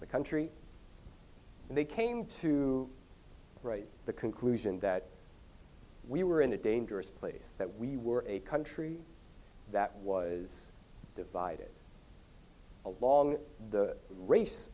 the country and they came to the conclusion that we were in a dangerous place that we were a country that was divided along the r